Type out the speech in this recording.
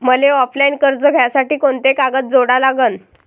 मले ऑफलाईन कर्ज घ्यासाठी कोंते कागद जोडा लागन?